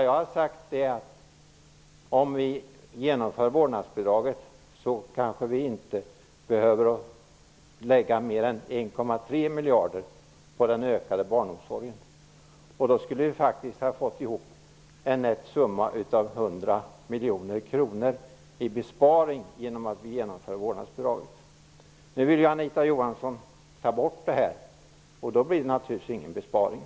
Jag har sagt att om vi genomför vårdnadsbidraget kanske vi inte behöver lägga mer än 1,3 miljarder på den ökade barnomsorgen. Då skulle vi faktiskt ha fått ihop en nätt summa av 100 miljoner kronor i besparing genom att införa vårdnadsbidrag. Nu vill Anita Johansson ta bort det, och då blir det naturligtvis ingen besparing.